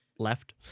left